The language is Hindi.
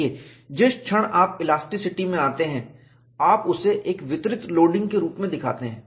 देखें जिस क्षण आप इलास्टिसिटी में आते हैं आप उसे एक वितरित लोडिंग के रूप में दिखाते हैं